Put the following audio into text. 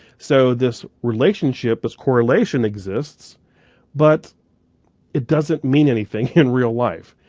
so this relationship, this correlation exists but it doesn't mean anything in real life.